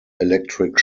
electric